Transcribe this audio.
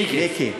מיקי.